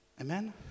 Amen